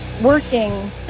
working